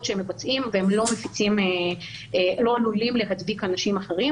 שהם מבצעים והם לא עלולים להדביק אנשים אחרים.